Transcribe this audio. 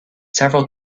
several